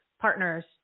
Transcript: partners